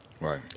Right